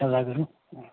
सल्लाह गरौँ